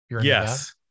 Yes